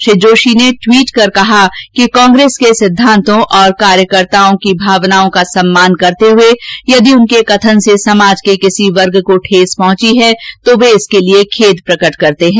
श्री जोशी ने ट्वीट कर कहा कि कांग्रेस के सिद्धांतो और कार्यकर्ताओं की भावनाओं का सम्मान करते हुए यदि उनके कथन से समाज के किसी वर्ग को ठेस पहुंची हो तो वे इसके लिए खेद प्रकट करते हैं